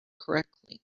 correctly